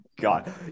god